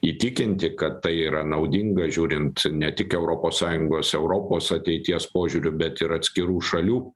įtikinti kad tai yra naudinga žiūrint ne tik europos sąjungos europos ateities požiūriu bet ir atskirų šalių